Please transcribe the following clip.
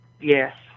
Yes